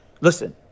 listen